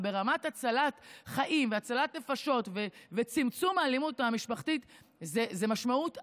וברמת הצלת חיים והצלת נפשות וצמצום האלימות המשפחתית זו משמעות אדירה.